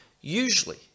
usually